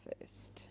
first